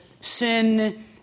Sin